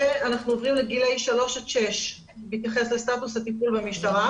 גילי שלוש עד שש בהתייחס לסטטוס הטיפול במשטרה.